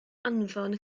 anfon